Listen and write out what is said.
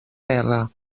guerra